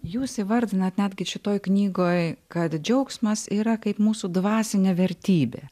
jūs įvardinant netgi šitoj knygoj kad džiaugsmas yra kaip mūsų dvasinė vertybė